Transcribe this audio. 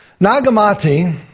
Nagamati